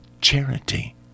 charity